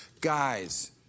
Guys